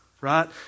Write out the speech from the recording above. right